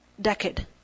decade